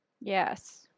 Yes